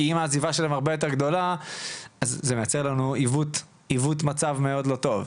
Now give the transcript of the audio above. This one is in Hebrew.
כי אם העזיבה שלהם הרבה יותר גדולה זה יוצר עיוות מצב מאוד לא טוב.